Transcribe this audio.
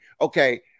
okay